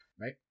right